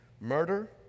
murder